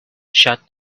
shut